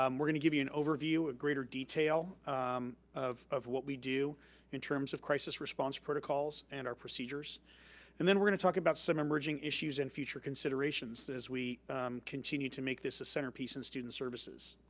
um we're gonna give you an overview, a greater detail um of of what we do in terms of crisis response protocols and our procedures and then we're gonna talk about some emerging issues and future considerations as we continue to make this a centerpiece in student services.